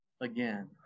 again